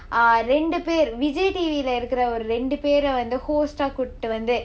ah ரெண்டு பேர்:rendu per vijay T_V யில் இருக்கிற ஒரு ரெண்டு பேர்:yil irukkira oru rendu per host ah கூட்டிட்டு வந்து:koottittu vanthu